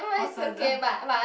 person